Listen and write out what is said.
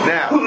Now